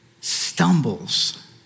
stumbles